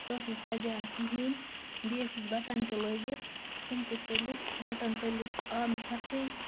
سۄ ٲسۍ نہٕ سَجان کِہیٖنٛۍ بیٚیہِ ٲسِس بَٹَن تہِ لٲگِتھ تِم تہِ ژٔلِس بَٹَن ژٔلِس اَنٛد ہیٚتھٕے